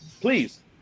please